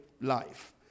Life